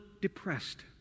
depressed